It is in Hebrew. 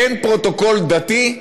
באין פרוטוקול דתי,